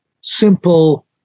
simple